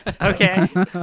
Okay